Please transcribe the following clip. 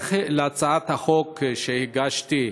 בהמשך להצעת החוק שהגשתי,